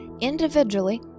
individually